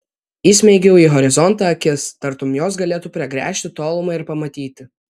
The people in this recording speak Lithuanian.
įsmeigiau į horizontą akis tartum jos galėtų pragręžti tolumą ir pamatyti